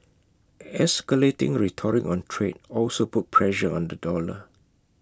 escalating rhetoric on trade also put pressure on the dollar